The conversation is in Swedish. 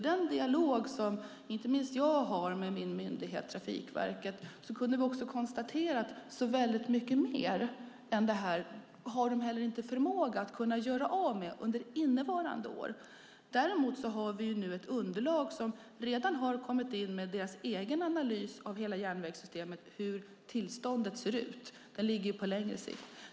I den dialog som inte minst jag har med min myndighet Trafikverket kunde vi konstatera att så väldigt mycket mer än detta har de heller inte förmåga att göra av med under innevarande år. Däremot har vi nu ett underlag där de redan har kommit in med en egen analys av hela järnvägssystemet och hur tillståndet ser ut. Det ligger på längre sikt.